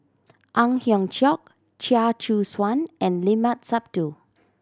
Ang Hiong Chiok Chia Choo Suan and Limat Sabtu